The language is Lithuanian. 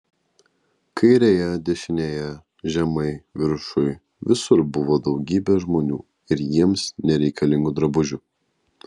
kairėje dešinėje žemai viršuj visur buvo daugybė žmonių ir jiems nereikalingų drabužių